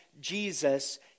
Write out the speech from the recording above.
Jesus